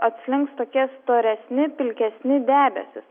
atslinks tokie storesni pilkesni debesys